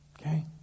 Okay